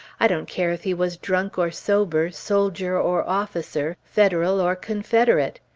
i don't care if he was drunk or sober, soldier or officer, federal or confederate!